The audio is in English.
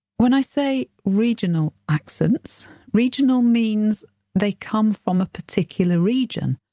when i say regional accents regional means they come from a particular region,